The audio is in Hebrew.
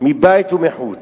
מבית ומחוץ,